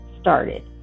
started